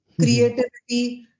creativity